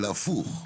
אלא הפוך,